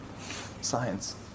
Science